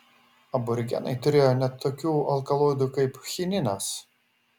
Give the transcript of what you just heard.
aborigenai turėjo net tokių alkaloidų kaip chininas